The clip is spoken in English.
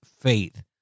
faith